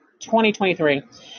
2023